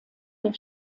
der